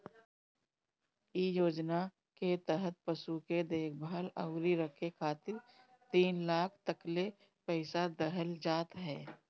इ योजना के तहत पशु के देखभाल अउरी रखे खातिर तीन लाख तकले पईसा देहल जात ह